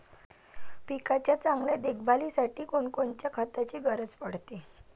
पिकाच्या चांगल्या देखभालीसाठी कोनकोनच्या खताची गरज पडते?